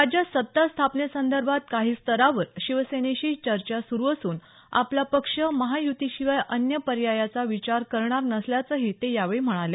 राज्यात सत्ता स्थापनेसंदर्भात काही स्तरावर शिवसेनेशी चर्चा सुरू असून आपला पक्ष महायुतीशिवाय अन्य पर्यायाचा विचार करणार नसल्याचंही ते यावेळी म्हणाले